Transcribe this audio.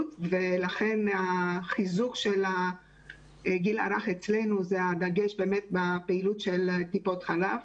ולכן החיזוק של הגיל הרך אצלנו הוא הדגש בפעילות של טיפות חלב,